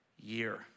year